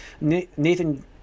nathan